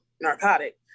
narcotic